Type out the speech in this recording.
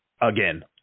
Again